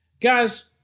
guys